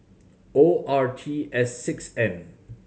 O R T S six N